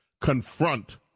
Confront